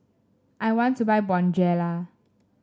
I want to buy Bonjela